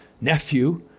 nephew